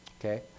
Okay